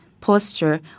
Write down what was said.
posture